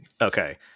Okay